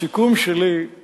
הסיכום שלי הוא